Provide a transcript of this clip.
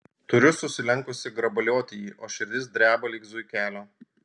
turiu susilenkusi grabalioti jį o širdis dreba lyg zuikelio